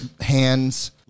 hands